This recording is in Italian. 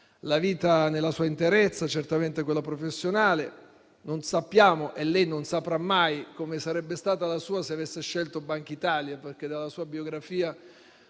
la vita nella sua interezza, certamente quella professionale. Non sappiamo e lei non saprà mai come sarebbe stata la sua se avesse scelto Banca d'Italia. Dalla sua biografia